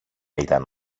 ήταν